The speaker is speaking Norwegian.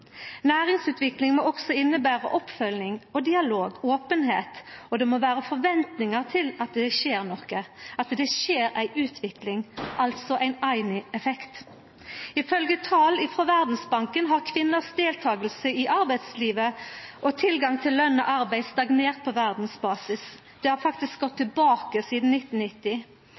Næringsutvikling må også innebera oppfølging, dialog og openheit, og det må vera forventningar til at det skjer noko, at det skjer ei utvikling, altså ein Ayni-effekt. Ifølgje tal frå Verdsbanken har kvinners deltaking i arbeidslivet og tilgang til lønt arbeid stagnert på verdsbasis, det har faktisk gått tilbake sidan 1990.